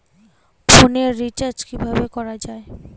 ফোনের রিচার্জ কিভাবে করা যায়?